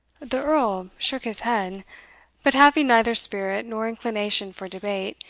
the earl shook his head but having neither spirit nor inclination for debate,